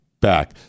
back